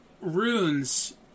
runes